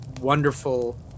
wonderful